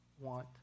want